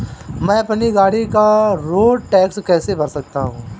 मैं अपनी गाड़ी का रोड टैक्स कैसे भर सकता हूँ?